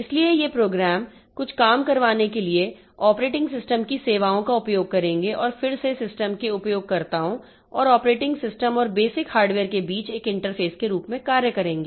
इसलिए ये प्रोग्राम कुछ काम करवाने के लिए ऑपरेटिंग सिस्टम की सेवाओं का उपयोग करेंगे और फिर से सिस्टम के उपयोगकर्ताओं और ऑपरेटिंग सिस्टम और बेसिक हार्डवेयर के बीच एक इंटरफेस के रूप में कार्य करेंगे